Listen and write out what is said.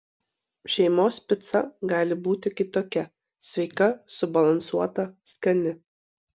šeimos pica gali būti kitokia sveika subalansuota skani